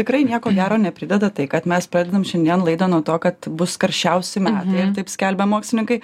tikrai nieko gero neprideda tai kad mes pradedam šiandien laidą nuo to kad bus karščiausi metai taip skelbia mokslininkai